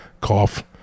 cough